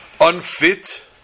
unfit